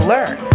Learn